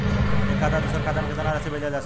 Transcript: एक खाता से दूसर खाता में केतना राशि भेजल जा सके ला?